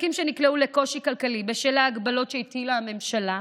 עסקים שנקלעו לקושי כלכלי בשל ההגבלות שהטילה הממשלה,